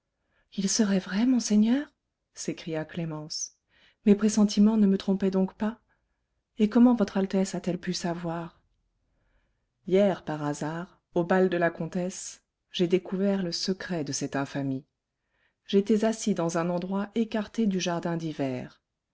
il serait vrai monseigneur s'écria clémence mes pressentiments ne me trompaient donc pas et comment votre altesse a-t-elle pu savoir hier par hasard au bal de la comtesse j'ai découvert le secret de cette infamie j'étais assis dans un endroit écarté du jardin d'hiver